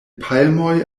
palmoj